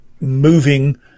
moving